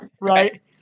Right